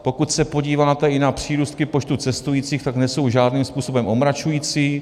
Pokud se podíváte i na přírůstky počtu cestujících, tak nejsou žádným způsobem omračující.